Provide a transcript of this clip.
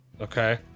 Okay